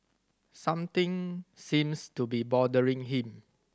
something seems to be bothering him